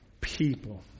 people